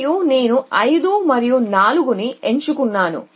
మరియు నేను 5 మరియు 4 ని ఎంచుకున్నాను